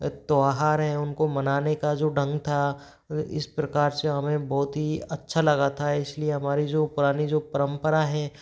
त्योहार हैं उनको मनाने का जो ढंग था इस प्रकार से हमें बहुत ही अच्छा लगा था इसलिए हमारी जो पुरानी जो परम्परा है